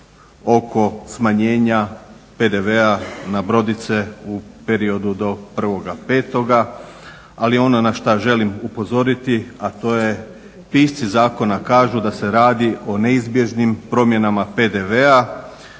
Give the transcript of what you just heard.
oko smanjenja PDV-a na brodice u periodu do 1.5., ali ono na šta želim upozoriti a to je pisci zakona kažu da se radi o neizbježnim promjenama PDV-a